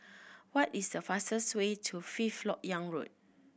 what is the fastest way to Fifth Lok Yang Road